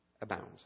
abound